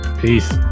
Peace